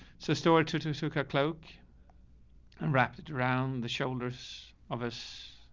so story two, two suka cloak and wrapped it around the shoulders of us,